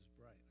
bright